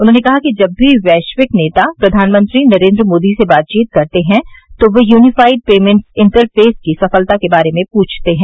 उन्होंने कहा कि जब भी वैश्विक नेता प्रधानमंत्री नरेन्द्र मोदी से बातचीत करते है तो वे यूनीफाइड पेमेंट्स इंटरफेस की सफलता के बारे में पूछते हैं